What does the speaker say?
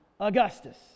Augustus